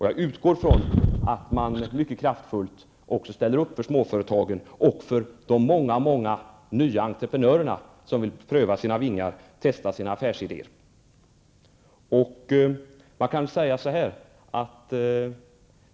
Jag utgår från att man mycket kraftfullt också ställer upp för småföretagen och för de många nya entreprenörer som vill pröva sina vingar och testa sina affärsidéer.